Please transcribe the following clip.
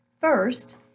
First